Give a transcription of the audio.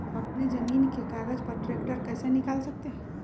अपने जमीन के कागज पर ट्रैक्टर कैसे निकाल सकते है?